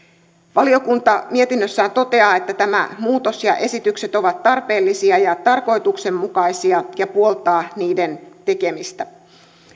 valiokunta mietinnössään toteaa että tämä muutos ja esitykset ovat tarpeellisia ja tarkoituksenmukaisia ja puoltaa niiden tekemistä